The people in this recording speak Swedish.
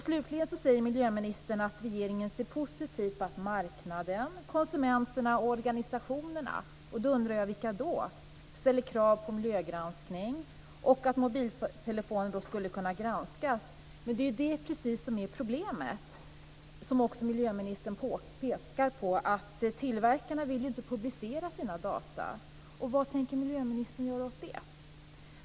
Slutligen säger miljöministern att regeringen ser positivt på att marknaden, konsumenterna och organisationerna - jag undrar vilka - ställer krav på miljögranskning och att mobiltelefoner då skulle kunna granskas. Men det är ju precis det som är problemet. Också miljöministern pekar på att tillverkarna inte vill publicera sina data. Vad tänker miljöministern göra åt det?